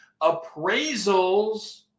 Appraisals